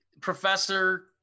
Professor